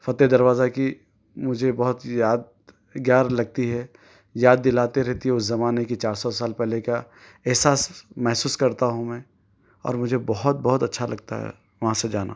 فتح دروازہ کی مجھے بہت یاد یار لگتی ہے یاد دلاتے رہتی ہے اس زمانے کا چار سو سال پہلے کا احساس محسوس کرتا ہوں میں اور مجھے بہت بہت اچھا لگتا ہے وہاں سے جانا